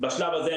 בשלב הזה,